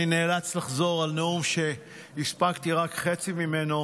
אני נאלץ לחזור על נאום שהספקתי רק חצי ממנו,